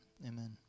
Amen